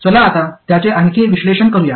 चला आता त्याचे आणखी विश्लेषण करूया